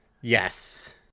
Yes